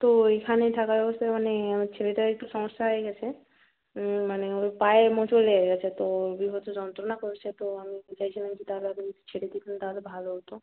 তো এইখানে থাকা অবস্থায় মানে আমার ছেলেটার একটু সমস্যা হয়ে গেছে মানে ওর পায়ে মোচড় লেগে গেছে তো দিয়ে বলছে যন্ত্রণা করছে তো আমি চাইছিলাম যদি তাড়াতাড়ি ছেড়ে দিতেন তাহলে ভালো হতো